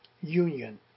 union